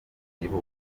igihugu